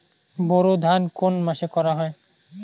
বোরো ধান কোন মাসে করা হয়?